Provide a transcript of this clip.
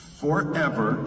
forever